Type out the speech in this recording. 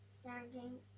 starting